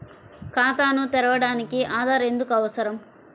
ఖాతాను తెరవడానికి ఆధార్ ఎందుకు అవసరం?